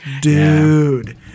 Dude